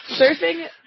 Surfing